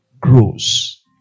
grows